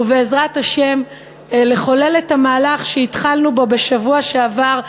ובעזרת השם לחולל את המהלך שהתחלנו בו בשבוע שעבר,